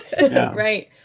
right